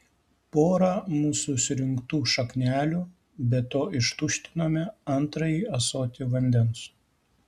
porą mūsų surinktų šaknelių be to ištuštinome antrąjį ąsotį vandens